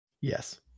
Yes